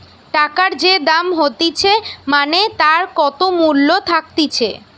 টাকার যে দাম হতিছে মানে তার কত মূল্য থাকতিছে